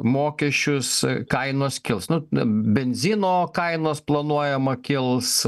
mokesčius kainos kils nu benzino kainos planuojama kils